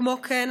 כמו כן,